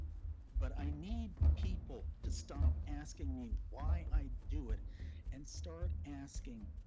but i need people to stop asking me why i do it and start asking,